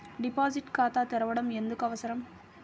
Deposit ఖాతా తెరవడం ఎందుకు అవసరం?